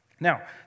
Now